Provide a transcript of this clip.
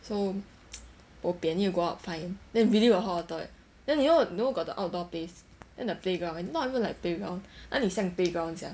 so bo pian need to go up find then really got hot water leh then you know you know got the outdoor place then the playground and not even like playground 哪里像 playground 将